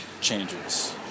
changes